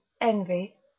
envy